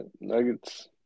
Nuggets